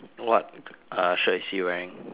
what uh shirt is he wearing